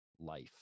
life